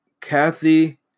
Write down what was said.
Kathy